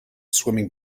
swimming